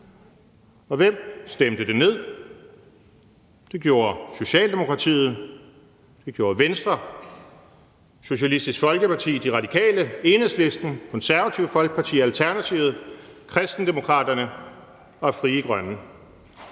og hvem stemte det ned? Det gjorde Socialdemokratiet, det gjorde Venstre, Socialistisk Folkeparti, De Radikale, Enhedslisten, Det Konservative Folkeparti, Alternativet, Kristendemokraterne og Frie Grønne,